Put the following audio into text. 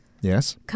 Yes